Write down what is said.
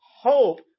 hope